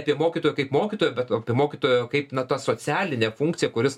apie mokytojo kaip mokytojo bet apie mokytojo kaip meta socialinę funkciją kuris